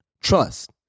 Trust